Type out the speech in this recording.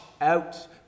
out